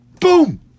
Boom